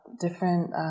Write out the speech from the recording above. different